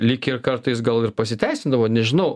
lyg ir kartais gal ir pasiteisindavo nežinau